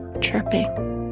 chirping